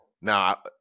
Now